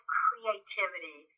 creativity